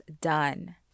done